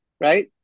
Right